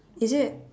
is it